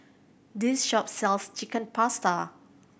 this shop sells Chicken Pasta